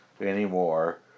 anymore